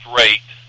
rate